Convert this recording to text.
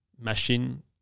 machine